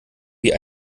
wie